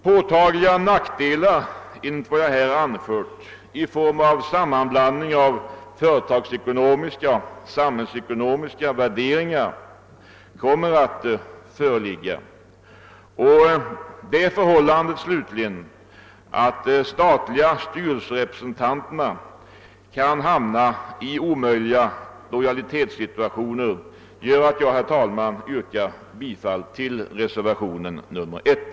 Påtagliga nackdelar kommer enligt vad jag här har anfört att föreligga i form av sammanblandning av = företagsekonomiska och samhällsekonomiska värderingar, och det förhållandet slutligen att de statliga styrelserepresentanterna kan komma att hamna i omöjliga lojalitetssituationer gör att jag, herr talman, yrkar bifall till reservationen 1.